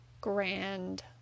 grand